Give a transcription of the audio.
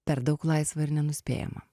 per daug laisva ir nenuspėjama